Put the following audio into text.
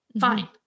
Fine